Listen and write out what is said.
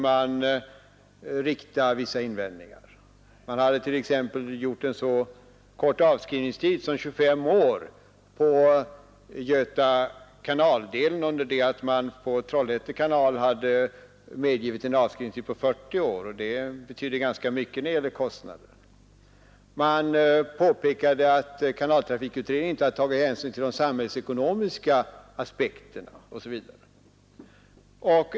Man hade t.ex. räknat med en så kort avskrivningstid som 25 år på Göta kanal-delen, under det att man på Trollhätte kanal hade medgivit en avskrivningstid av 40 år. Det betyder ganska mycket när det gäller kostnader. Man påpekade att kanaltrafikutredningen inte hade tagit hänsyn till de samhällsekonomiska aspekterna osv.